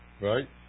Right